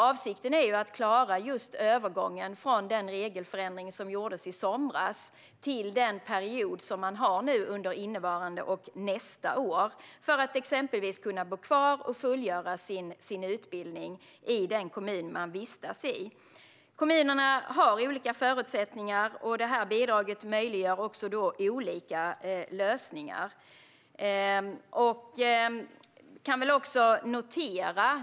Avsikten är just att klara övergången från den regelförändring som gjordes i somras till den period som man har under innevarande och nästa år för att de unga exempelvis ska kunna bo kvar och fullgöra sin utbildning i den kommun som de vistas i. Kommunerna har olika förutsättningar, och detta bidrag möjliggör olika lösningar.